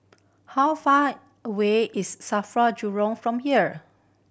how far away is SAFRA Jurong from here